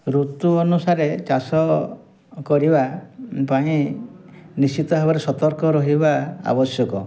ଋତୁ ଅନୁସାରେ ଚାଷ କରିବା ପାଇଁ ନିଶ୍ଚିତ ଭାବରେ ସତର୍କ ରହିବା ଆବଶ୍ୟକ